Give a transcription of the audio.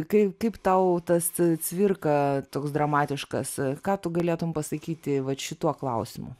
kai kaip tau tas cvirka toks dramatiškas ką tu galėtum pasakyti vat šituo klausimu